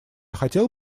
хотел